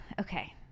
Okay